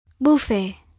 Buffet